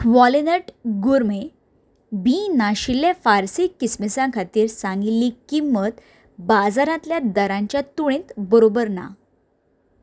क्वॉलिनट गूर्मे बीं नाशिल्ले फार्सी किसमीसां खातीर सांगिल्ली किंमत बाजारांतल्या दरांच्या तुळेंत बरोबर ना